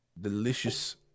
Delicious